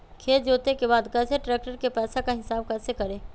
खेत जोते के बाद कैसे ट्रैक्टर के पैसा का हिसाब कैसे करें?